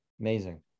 Amazing